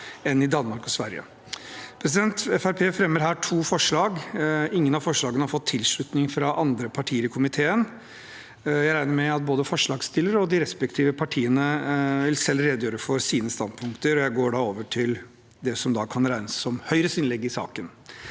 enn i Danmark og Sverige. Fremskrittspartiet fremmer her to forslag. Ingen av forslagene har fått tilslutning fra andre partier i komiteen. Jeg regner med at både forslagsstillerne og de respektive partiene selv vil redegjøre for sine standpunkter, og jeg går da over til det som kan regnes som Høyres innlegg i saken.